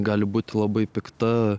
gali būti labai pikta